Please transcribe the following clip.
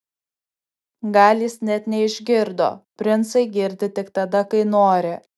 gal jis net neišgirdo princai girdi tik tada kai nori